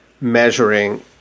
measuring